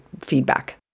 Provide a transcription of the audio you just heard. feedback